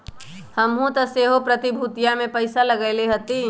हमहुँ तऽ सेहो प्रतिभूतिय में पइसा लगएले हती